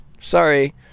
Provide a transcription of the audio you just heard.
sorry